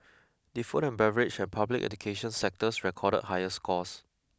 the food and beverage and public education sectors recorded higher scores